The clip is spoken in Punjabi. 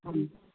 ਹਾਂਜੀ